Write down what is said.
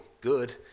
good